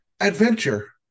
Adventure